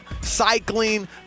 cycling